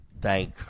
thank